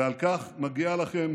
ועל כך מגיעה לכם